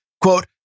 quote